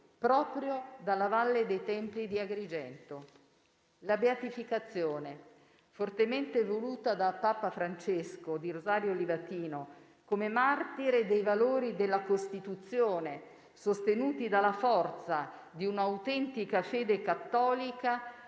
proprio dalla Valle dei templi di Agrigento. La beatificazione - fortemente voluta da Papa Francesco - di Rosario Livatino come martire dei valori della Costituzione, sostenuti dalla forza di un'autentica fede cattolica,